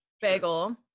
bagel